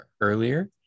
earlier